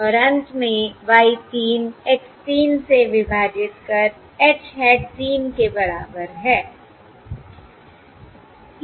और अंत में Y 3 X 3 से विभाजित कर H hat 3 के बराबर है